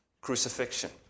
crucifixion